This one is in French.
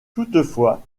toutefois